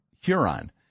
Huron